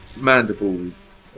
Mandibles